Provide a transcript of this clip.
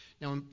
Now